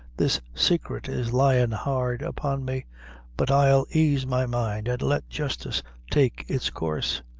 this saicret is lyin' hard upon me but i'll aise my mind, and let justice take it's coorse.